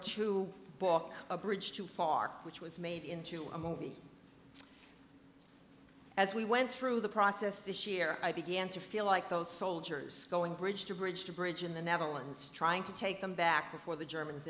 two book a bridge too far which was made into a movie as we went through the process this year i began to feel like those soldiers going bridge to bridge to bridge in the netherlands trying to take them back before the germans